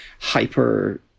hyper